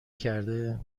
کرده